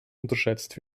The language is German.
unterschätzt